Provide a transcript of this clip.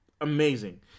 amazing